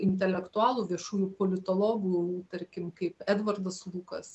intelektualų viešųjų politologų tarkim kaip edvardas lukas